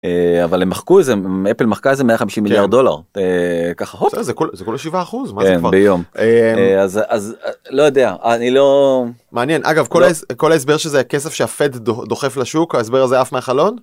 אבל הם מחקו, אפל מחקה איזה 150 מיליארד דולר. ככה. -זה כולה 7%, מה זה כבר? -ביום -אז לא יודע אני לא.. -מעניין אגב כל הסבר שזה כסף שהFED דוחף לשוק, ההסבר הזה עף מהחלון?